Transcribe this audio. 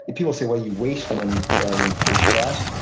people say you waste money traveling first class.